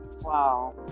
wow